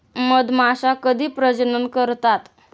मधमाश्या कधी प्रजनन करतात?